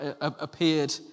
appeared